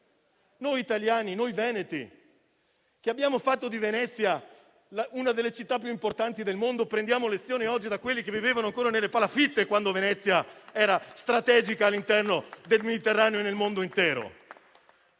Noi italiani, noi veneti, che abbiamo fatto di Venezia una delle città più importanti del mondo, prendiamo lezione oggi da quelli che vivevano ancora nelle palafitte, quando Venezia era strategica all'interno del Mediterraneo e nel mondo intero?